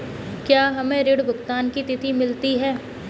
क्या हमें ऋण भुगतान की तिथि मिलती है?